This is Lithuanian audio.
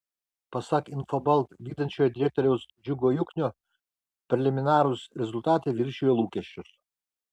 pasak infobalt vykdančiojo direktoriaus džiugo juknio preliminarūs rezultatai viršijo lūkesčius